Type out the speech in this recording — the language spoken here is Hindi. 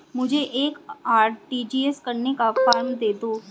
मुझे एक आर.टी.जी.एस करने का फारम दे दो?